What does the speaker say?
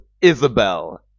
Isabel